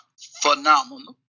phenomenal